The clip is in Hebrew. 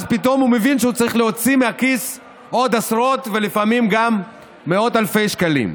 אז פתאום הוא מבין שהוא צריך להוציא מהכיס עוד עשרות אלפי שקלים,